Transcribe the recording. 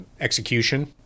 Execution